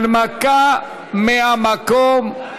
הנמקה המקום.